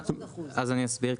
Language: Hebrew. אני אסביר.